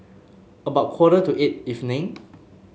about quarter to eight evening